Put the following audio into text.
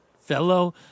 fellow